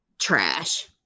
trash